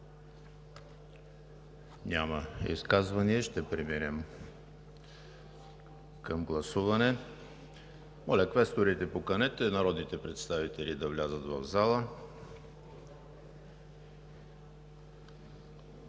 Няма. Ще преминем към гласуване. Моля, квесторите, поканете народните представители да влязат в залата.